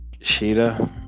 Sheeta